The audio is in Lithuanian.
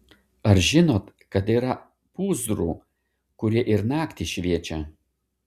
ar žinot kad yra pūzrų kurie ir naktį šviečia